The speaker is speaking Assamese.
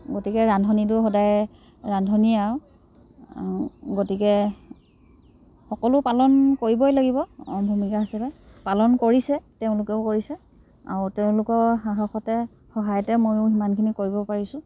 গতিকে ৰান্ধনিতো সদায় ৰান্ধনিয়ে আৰু গতিকে সকলো পালন কৰিবই লাগিব ভূমিকা হিচাপে পালন কৰিছে তেওঁলোকেও কৰিছে আৰু তেওঁলোকৰ সাহসতে সহায়তে মইও ইমানখিনি কৰিব পাৰিছোঁ